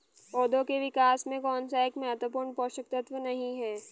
पौधों के विकास में कौन सा एक महत्वपूर्ण पोषक तत्व नहीं है?